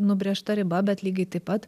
nubrėžta riba bet lygiai taip pat